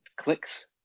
clicks